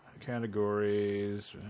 Categories